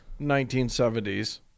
1970s